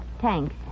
thanks